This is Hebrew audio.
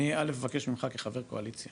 אני א', מבקש ממך כחבר קואליציה